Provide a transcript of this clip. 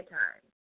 time